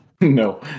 No